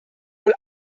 wohl